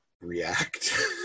react